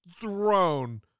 thrown